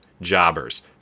Jobbers